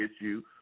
issue